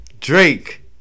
Drake